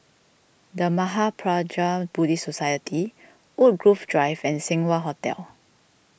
the Mahaprajna Buddhist Society Woodgrove Drive and Seng Wah Hotel